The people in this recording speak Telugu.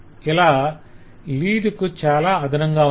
ఇలా లీడ్ కు చాలా అదనంగా ఉన్నాయి